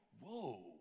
whoa